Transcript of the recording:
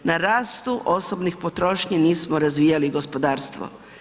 Na rastu osobnih potrošnji nismo razvijali gospodarstvo.